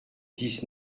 dix